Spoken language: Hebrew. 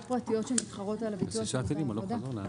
פרטיות שמתחרות על הביצוע של אותה עבודה,